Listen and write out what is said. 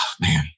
Man